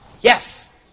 Yes